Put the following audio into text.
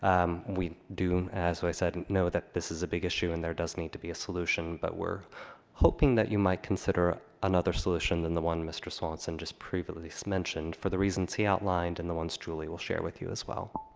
um we do, as was said, know that this is a big issue and there does need to be a solution, but we're hoping that you might consider another solution than the one mr. swanson just previously so mentioned for the reasons he outlined and the ones julie will share with you as well.